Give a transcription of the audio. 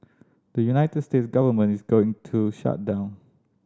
the United States government is going into shutdown